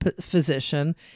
physician